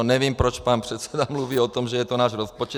Nevím, proč pan předseda mluví o tom, že je to náš rozpočet.